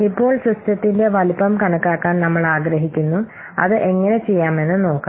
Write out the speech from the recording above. ഇപ്പോൾ സിസ്റ്റത്തിന്റെ വലുപ്പം കണക്കാക്കാൻ നമ്മൾ ആഗ്രഹിക്കുന്നു അത് എങ്ങനെ ചെയ്യാമെന്ന് നോക്കാം